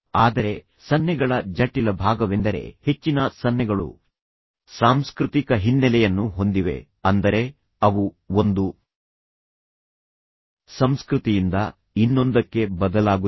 ಆದರೆ ಸನ್ನೆಗಳ ಜಟಿಲ ಭಾಗವೆಂದರೆ ಹೆಚ್ಚಿನ ಸನ್ನೆಗಳು ಸಾಂಸ್ಕೃತಿಕ ಹಿನ್ನೆಲೆಯನ್ನು ಹೊಂದಿವೆ ಅಂದರೆ ಅವು ಒಂದು ಸಂಸ್ಕೃತಿಯಿಂದ ಇನ್ನೊಂದಕ್ಕೆ ಬದಲಾಗುತ್ತವೆ